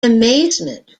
amazement